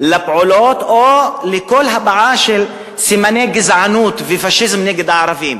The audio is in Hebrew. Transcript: לפעולות או לכל הבעה של סימני גזענות ופאשיזם נגד הערבים.